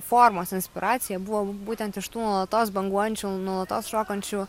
formos inspiracija buvo būtent iš tų nuolatos banguojančių nuolatos šokančių